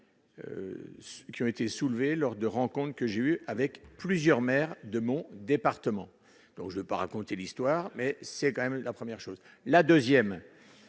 qui ont été soulevées lors de rencontre que j'ai eue avec plusieurs maires de mon département, donc je vais pas raconter l'histoire, mais c'est quand même la première chose la 2ème